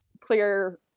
clear